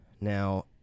now